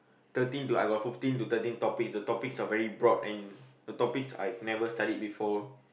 thirteen I got fifteen to thirteen topics the topics are very broad and the topics I have never studied before